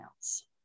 else